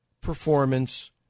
performance